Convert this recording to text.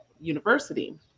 University